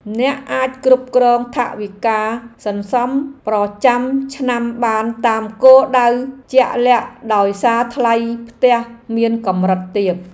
អ្នកអាចគ្រប់គ្រងថវិកាសន្សំប្រចាំឆ្នាំបានតាមគោលដៅជាក់លាក់ដោយសារថ្លៃផ្ទះមានកម្រិតទាប។